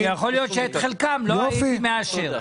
שיכול להיות שאת חלקן לא הייתי מאשר.